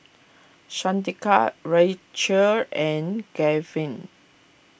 Shaneka Rachael and Gaven